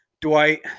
Dwight